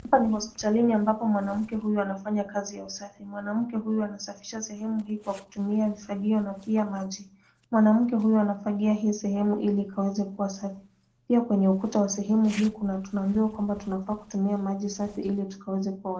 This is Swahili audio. Hapa ni hospitalini ambapo mwanamke huyu anafanya kazi ya usafi. Mwanamke huyu anasafisha sehemu hii kwa kutumia vifagio na pia maji. Mwanamke huyu anafagia hii sehemu ili ikaweze kua safi pia kwenye ukuta wa sehemu hii tunaambiwa kwamba tunafaa kutumia maji safi ili tukaweza kuwa.......